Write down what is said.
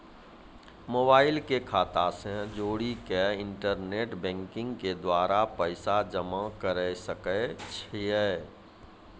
Mobile के खाता से जोड़ी के इंटरनेट बैंकिंग के द्वारा पैसा जमा करे सकय छियै?